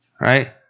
right